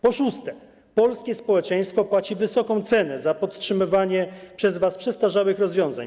Po piąte, polskie społeczeństwo płaci wysoką cenę za podtrzymywanie przez was przestarzałych rozwiązań.